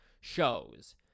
shows